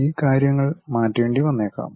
ഈ കാര്യങ്ങൾ മാറ്റേണ്ടി വന്നേക്കാം